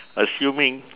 assuming